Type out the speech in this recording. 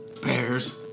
Bears